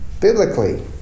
biblically